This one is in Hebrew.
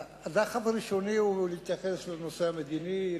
הדחף הראשוני הוא להתייחס לנושא המדיני,